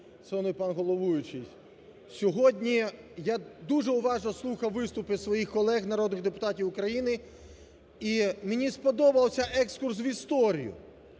Сьогодні я дуже уважно слухав виступи своїх колег народних депутатів України і мені сподобався екскурс в історію.